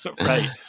Right